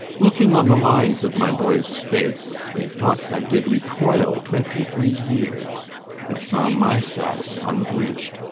looking on the lines of my boy's face, methoughts i did recoil twenty-three years and saw myself unbreech'd,